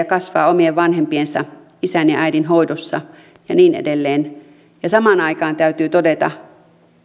kasvaa omien vanhempiensa isän ja äidin hoidossa ja niin edelleen ja samaan aikaan täytyy todeta